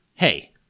Hey